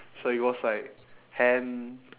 so it goes like hen~